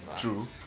True